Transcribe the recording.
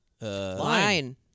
Line